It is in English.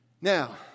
Now